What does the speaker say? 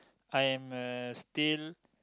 I am uh still